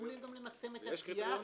יש גם שיקולים למקסם את הגבייה.